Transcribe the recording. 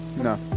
No